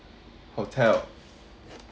hotel